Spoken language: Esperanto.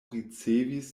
ricevis